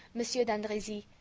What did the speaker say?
monsieur d'andrezy,